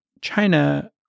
China